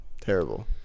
terrible